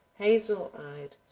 hazel eyed,